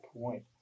point